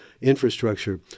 infrastructure